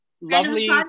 lovely